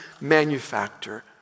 manufacture